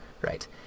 right